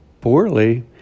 poorly